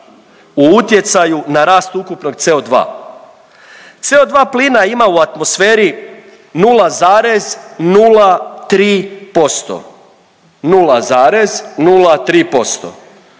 u utjecaju na rast ukupnog CO2. CO2 plina ima u atmosferi 0,03%,